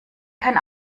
kein